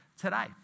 today